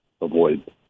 avoid